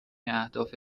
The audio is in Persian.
اهداف